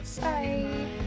Bye